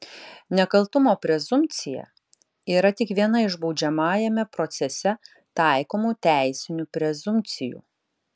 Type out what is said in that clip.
nekaltumo prezumpcija yra tik viena iš baudžiamajame procese taikomų teisinių prezumpcijų